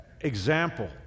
example